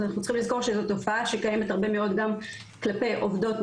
אז אנחנו צריכים לזכור שזו תופעה שקיימת הרבה מאוד גם כלפי עובדות,